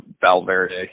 Valverde